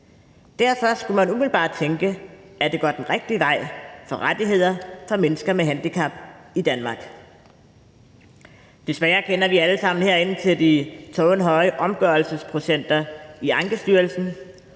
Derfor skulle man umiddelbart tænke, at det går den rigtige vej i forhold til rettigheder for mennesker med handicap i Danmark. Desværre kender vi alle sammen herinde til de tårnhøje omgørelsesprocenter i Ankestyrelsen,